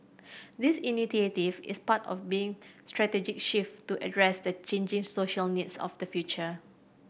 this initiative is part of being strategic shift to address the changing social needs of the future